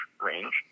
range